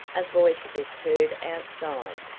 a voice was heard outside,